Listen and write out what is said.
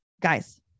guys